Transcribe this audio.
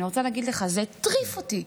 אני רוצה להגיד לך, זה הטריף אותי.